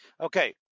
Okay